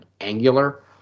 angular